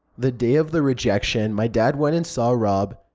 the day of the rejection, my dad went and saw rob.